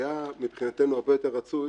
היה הרבה יותר רצוי